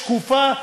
שקופה,